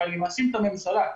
ואני מאשים את הממשלה.